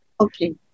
Okay